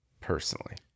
Personally